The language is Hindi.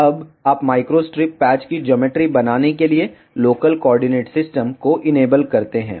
अब आप माइक्रोस्ट्रिप पैच की ज्योमेट्री बनाने के लिए लोकल कोऑर्डिनेट सिस्टम को इनेबल करते हैं